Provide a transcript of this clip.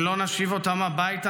אם לא נשיב אותם הביתה,